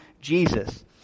Jesus